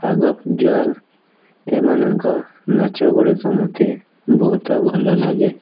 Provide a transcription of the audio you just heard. ରାଘବ ଜୁୟଲ ଏମାନଙ୍କ ନାଚ ଗୁଡ଼ିକ ମୋତେ ବହୁତ ଭଲଲାଗେ